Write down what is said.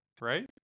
Right